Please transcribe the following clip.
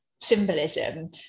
symbolism